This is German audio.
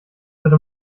bitte